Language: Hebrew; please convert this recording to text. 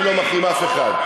אני לא מחרים אף אחד.